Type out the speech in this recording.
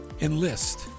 enlist